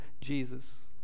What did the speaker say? Jesus